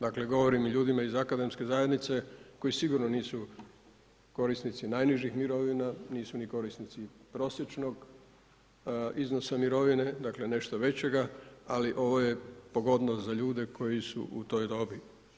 Dakle, govorim o ljudima iz akademske zajednice koji sigurno nisu korisnici najnižih mirovina, nisu ni korisnici prosječnog iznosa mirovine dakle nešto većega, ali ovo je pogodnost za ljude koji su u toj dobi.